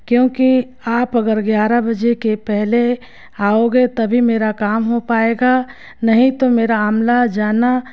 क्योंकि आप अगर ग्यारह बजे के पहले आओगे तभी मेरा काम हो पाएगा नहीं तो मेरा आमला जाना